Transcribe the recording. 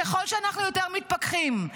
ככל שאנחנו יותר מתפכחים,